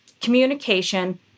communication